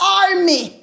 army